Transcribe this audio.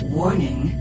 Warning